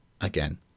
again